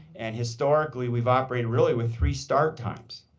and, historically, we've operated really with three start times.